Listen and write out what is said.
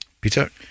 Peter